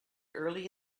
early